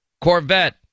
Corvette